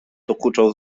dokuczał